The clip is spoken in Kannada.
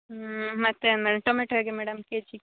ಹ್ಞೂ ಮತ್ತೆ ಆಮೇಲೆ ಟೊಮೇಟೊ ಹೇಗೆ ಮೇಡಮ್ ಕೆಜಿ